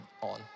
on